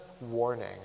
warning